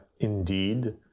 indeed